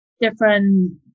different